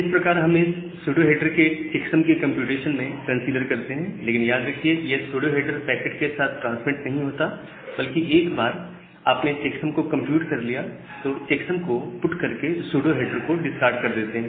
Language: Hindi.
इस प्रकार हम इस सूडो हेडर को इस चेक्सम के कंप्यूटेशन में कंसीडर करते हैं लेकिन याद रखिए यह सूडो हेडर पैकेट के साथ ट्रांसमिट नहीं होता बल्कि एक बार आपने चेक्सम को कंप्यूट कर लिया तो चेक्सम को पुट करके सूडो हेडर को डिस्कार्ड कर देते हैं